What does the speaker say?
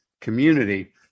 community